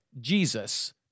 Jesus